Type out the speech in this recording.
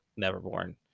Neverborn